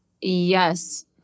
Yes